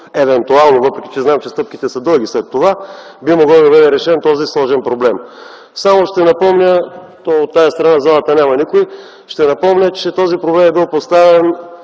евентуално, въпреки че знам, че стъпките са дълги след това, би могъл да бъде решен този сложен проблем. Само ще напомня, то в тази страна от залата няма никой, ще напомня, че този проблем е бил поставян